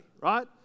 right